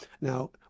Now